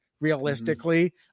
realistically